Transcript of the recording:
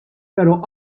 pero